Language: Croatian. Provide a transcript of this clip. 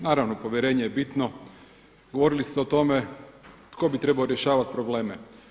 Naravno povjerenje je bitno, govorili ste o tome tko bi trebao rješavati probleme.